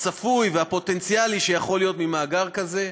הצפוי והפוטנציאלי שיכול להיות ממאגר כזה.